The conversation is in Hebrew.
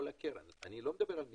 לקרן, אני לא מדבר על המסים.